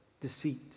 deceit